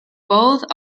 both